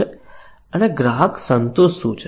અને ગ્રાહક સંતોષ શું છે